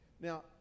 Now